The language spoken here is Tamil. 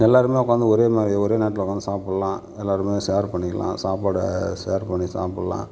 எல்லாருமே உக்கார்ந்து ஒரே மாதிரி ஒரே நேரத்தில் உக்கார்ந்து சாப்பிட்லாம் எல்லாருமே ஷேர் பண்ணிக்கலாம் சாப்பாடை ஷேர் பண்ணி சாப்பிட்லாம்